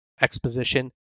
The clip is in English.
exposition